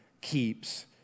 keeps